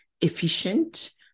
efficient